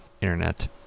internet